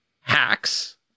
hacks